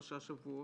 בעצם,